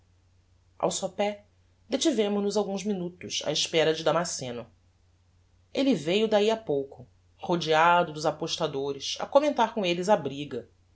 ao sopé detivemo nos alguns minutos á espera do damasceno elle veiu dahi a pouco rodeado dos apostadores a commentar com elles a briga